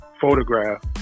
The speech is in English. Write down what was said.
photograph